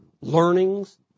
learnings